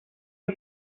was